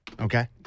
Okay